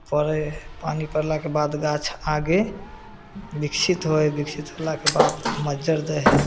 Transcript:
पड़ै हइ पानि पड़लाके बाद गाछ आगे विकसित होइ विकसित होलाके बाद मज्जर दै हए